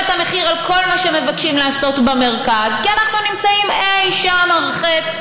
את המחיר על כל מה שמבקשים לעשות במרכז כי אנחנו נמצאים אי-שם הרחק,